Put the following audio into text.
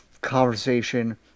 conversation